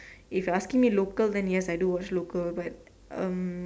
if asking me local then yes I do watch local but um